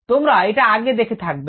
তোমরা এটা আগে দেখে থাকবে